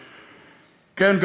כן,